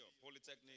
polytechnic